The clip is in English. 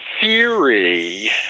theory